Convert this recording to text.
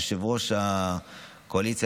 יושב-ראש הקואליציה,